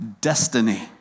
destiny